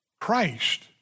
Christ